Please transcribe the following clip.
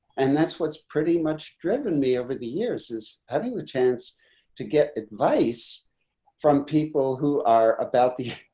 and that's what's pretty much driven me over the years is having the chance to get advice from people who are about the